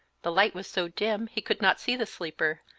the light was so dim he could not see the sleeper,